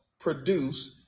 produce